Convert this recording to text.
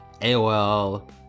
AOL